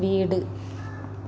വീട്